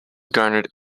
garnered